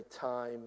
time